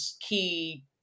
key